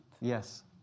Yes